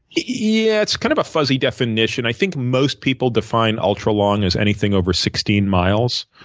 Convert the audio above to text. yeah, it's kind of a fuzzy definition. i think most people define ultra-long as anything over sixteen miles,